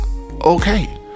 Okay